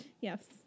Yes